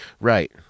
right